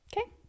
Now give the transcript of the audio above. okay